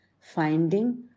finding